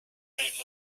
saint